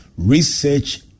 research